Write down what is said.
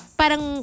parang